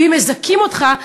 ואם מזכים אותך,